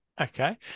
Okay